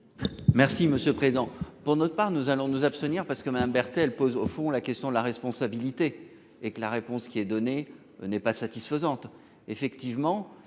Merci monsieur présent pour notre part, nous allons nous abstenir parce que Madame Berthet. Elle pose au fond la question de la responsabilité et que la réponse qui est donnée n'est pas satisfaisante.